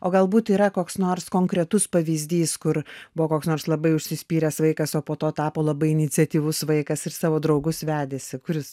o galbūt yra koks nors konkretus pavyzdys kur buvo koks nors labai užsispyręs vaikas o po to tapo labai iniciatyvus vaikas ir savo draugus vedėsi kuris